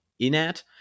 Inat